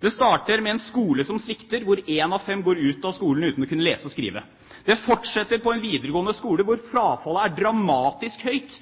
Det starter med en skole som svikter og en av fem går ut av skolen uten å kunne lese og skrive. Det fortsetter på videregående skole, hvor frafallet er dramatisk høyt,